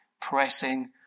Pressing